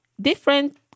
different